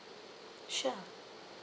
sure